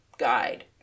Guide